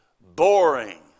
boring